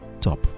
top